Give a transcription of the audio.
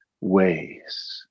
ways